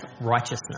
righteousness